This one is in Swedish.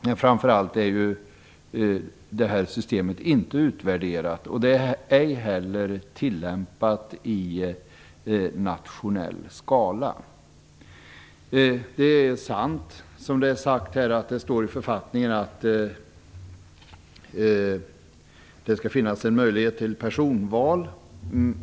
Men systemet är som sagt inte utvärderat, och det är ej heller tillämpat i nationell skala. Det är sant som det har sagts här att det står i författningen att det skall finnas en möjlighet till personval.